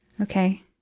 Okay